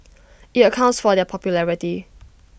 IT accounts for their popularity